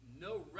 no